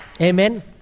Amen